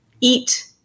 eat